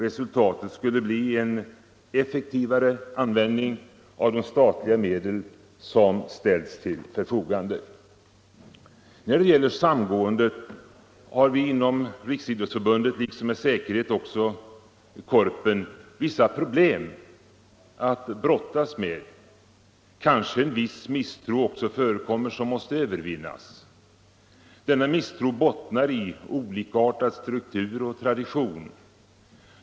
Resultatet skulle bli en effektivare användning av de statliga medel som ställs till förfogande.” När det gäller samgåendet har vi inom RF, liksom med säkerhet också Korpen, vissa problem att brottas med. Kanske en viss misstro också förekommer som måste övervinnas. Denna misstro bottnar i olikartad struktur och tradition.